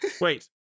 Wait